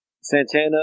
Santana